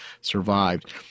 survived